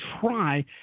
try